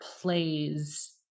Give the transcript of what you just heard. plays